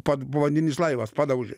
pad povandeninis laivas padaužė